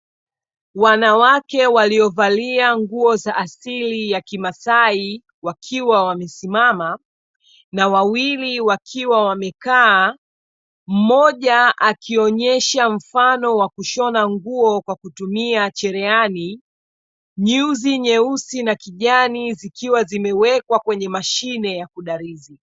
Wanawake waliovalia nguo za asili ya kimasai wakiwa wamesimama, na wawili wakiwa wamekaa, mmoja akionyesha mfano wa kushona nguo kwa kutumia cherehani, nyuzi nyeusi na kijani zikiwa zimewekwa kwenye mashine ya kudarizi.